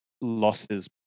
losses